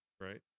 Right